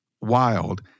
wild